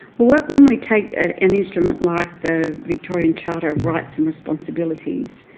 when when we take an instrument like the victorian charter of rights and responsibilities,